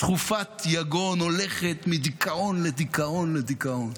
סחופת יגון, הולכת מדיכאון לדיכאון לדיכאון.